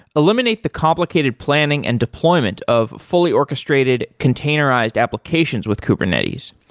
eliminate the complicated planning and deployment of fully orchestrated containerized applications with kubernetes.